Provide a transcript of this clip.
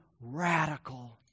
radical